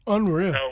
Unreal